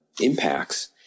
impacts